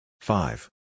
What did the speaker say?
Five